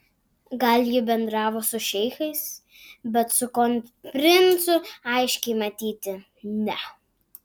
gal ji bendravo su šeichais bet su kronprincu aiškiai matyti ne